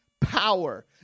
power